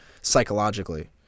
psychologically